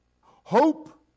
Hope